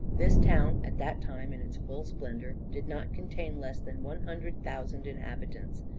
this town, at that time in its full splendour, did not contain less than one hundred thousand inhabitants.